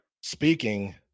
Speaking